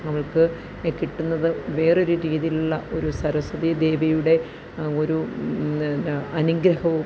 അവള്ക്കു കിട്ടുന്നതു വേറൊരു രീതിയില് ഉള്ള ഒരു സരസ്വതി ദേവിയുടെ ഒരു അനുഗ്രഹവും